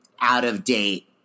out-of-date